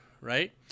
right